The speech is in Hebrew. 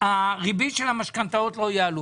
הריבית על המשכנתאות לא יעלו.